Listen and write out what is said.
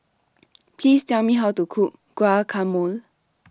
Please Tell Me How to Cook Guacamole